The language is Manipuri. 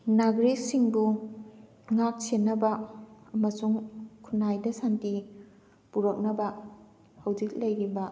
ꯅꯥꯒ꯭ꯔꯤꯛꯁꯤꯡꯕꯨ ꯉꯥꯛ ꯁꯦꯟꯅꯕ ꯑꯃꯁꯨꯡ ꯈꯨꯟꯅꯥꯏꯗ ꯁꯥꯟꯇꯤ ꯄꯨꯔꯛꯅꯕ ꯍꯧꯖꯤꯛ ꯂꯩꯔꯤꯕ